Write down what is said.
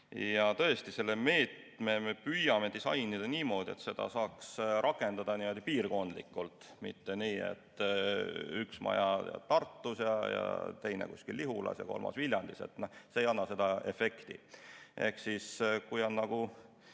Ja tõesti, selle meetme me püüame disainida niimoodi, et seda saaks rakendada piirkondlikult, mitte nii, et üks maja Tartus ja teine kuskil Lihulas ja kolmas Viljandis. See ei anna seda efekti. Ehk siis, kui